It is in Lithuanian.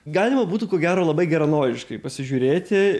galima būtų ko gero labai geranoriškai pasižiūrėti